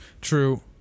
true